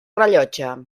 rellotge